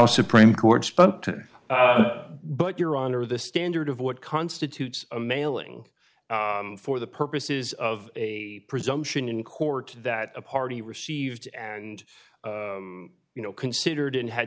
supreme court spoke to but your honor the standard of what constitutes a mailing for the purposes of a presumption in court that a party received and you know considered it had